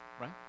right